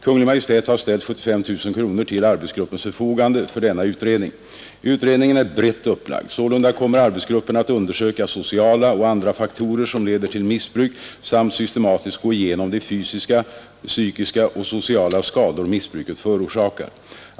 Kungl. Maj:t har ställt 75 000 kronor till arbetsgruppens förfogande för denna utredning. Utredningen är brett upplagd. Sålunda kommer arbetsgruppen att undersöka sociala och andra faktorer som leder till missbruk samt systematiskt gå igenom de fysiska, psykiska och sociala skador missbruket förorsakar.